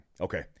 Okay